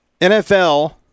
NFL